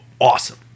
awesome